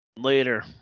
Later